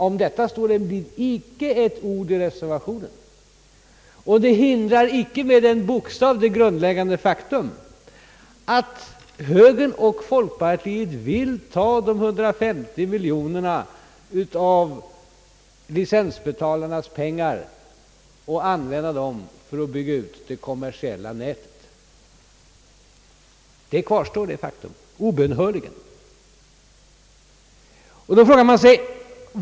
Om detta står emellertid icke ett ord i reservationen, och det hindrar icke med en bokstav det grundläggande faktum att högern och folkpartiet vill ta 150 miljoner kronor av licensbetalarnas pengar och använda dem för att bygga ut det kommersiella nätet. Detta faktum kvarstår obönhörligen. Nu frågar sig åhörarna!